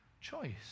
choice